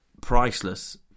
priceless